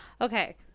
Okay